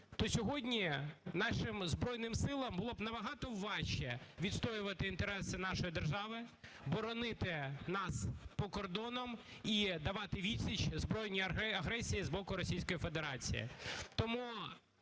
то сьогодні нашим Збройним Силам було б набагато важче відстоювати інтереси нашої держави, боронити нас по кордонам і давати відсіч збройній агресії з боку Російської Федерації.